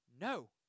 No